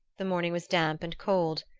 the morning was damp and cold,